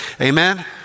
Amen